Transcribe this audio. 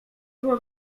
było